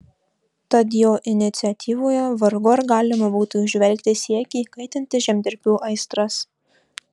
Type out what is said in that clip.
tad jo iniciatyvoje vargu ar galima būtų įžvelgti siekį kaitinti žemdirbių aistras